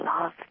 love